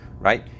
right